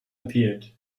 appeared